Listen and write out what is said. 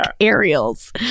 aerials